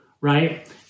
Right